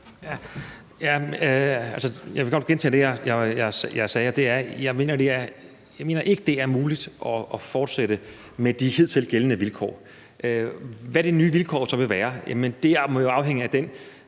Jeg vil godt gentage det, jeg sagde, og det er: Jeg mener ikke, det er muligt at fortsætte med de hidtil gældende vilkår. Hvad de nye vilkår så vil være, må jo afhænge af den